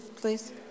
please